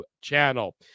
channel